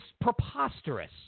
preposterous